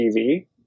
TV